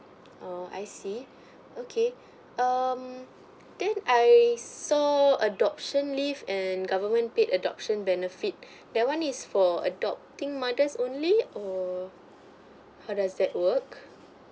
oo I see okay um then I saw adoption leave and government paid adoption benefit that one is for adopting mothers only or how does that work